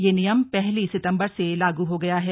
यह नियम पहली सितंबर से लागू हो गया है